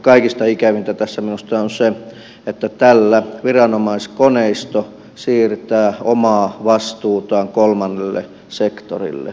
kaikista ikävintä tässä minusta on se että tällä viranomaiskoneisto siirtää omaa vastuutaan kolmannelle sektorille